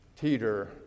teeter